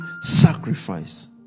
sacrifice